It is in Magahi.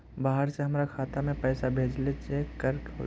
बाहर से हमरा खाता में पैसा भेजलके चेक कर दहु?